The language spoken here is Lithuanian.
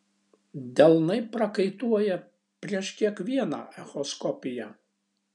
delnai prakaituoja prieš kiekvieną echoskopiją